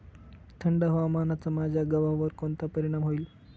थंड हवामानाचा माझ्या गव्हावर कोणता परिणाम होईल?